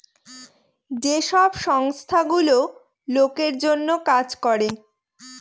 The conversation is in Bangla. যে সব সংস্থা গুলো লোকের জন্য কাজ করে